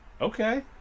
okay